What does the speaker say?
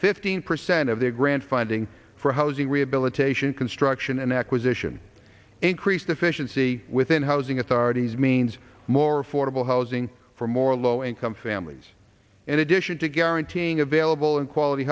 fifteen percent of the grant funding for housing rehabilitation construction and acquisition increased efficiency within housing authorities means more affordable housing for more low income families in addition to guaranteeing available in quality